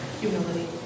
Humility